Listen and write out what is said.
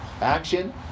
Action